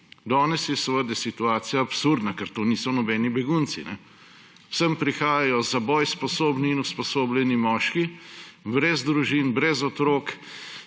Danes je seveda situacija absurdna, ker to niso nobeni begunci. Sem prihajajo za boj sposobni in usposobljeni moški, brez družin, brez otrok,